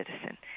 citizen